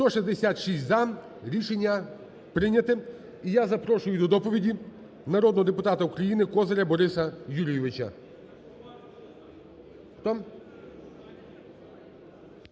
За-166 Рішення прийняте. І я запрошую до доповіді народного депутата України Козиря Бориса Юрійовича.